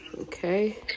Okay